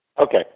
Okay